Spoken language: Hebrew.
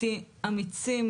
אמיצים,